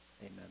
Amen